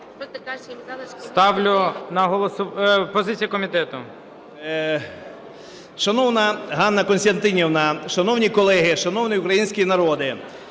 Шановна Ганна Костянтинівна, шановні колеги, шановний український народе,